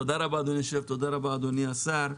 תודה רבה, אדוני היושב-ראש, תודה, אדוני השר,